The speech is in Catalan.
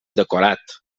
decorat